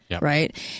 right